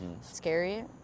scary